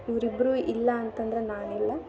ಇವರಿಬ್ರೂ ಇಲ್ಲ ಅಂತಂದ್ರೆ ನಾನಿಲ್ಲ